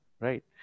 right